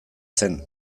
zen